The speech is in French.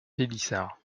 pélissard